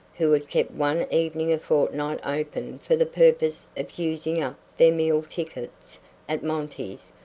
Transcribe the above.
who had kept one evening a fortnight open for the purpose of using up their meal-tickets at monty's,